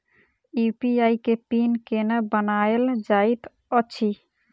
UPI केँ PIN केना बनायल जाइत अछि